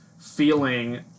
feeling